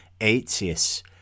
Aetius